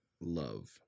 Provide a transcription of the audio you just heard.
love